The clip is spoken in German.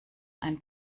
ein